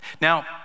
Now